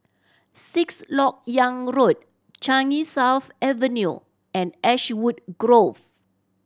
Sixth Lok Yang Road Changi South Avenue and Ashwood Grove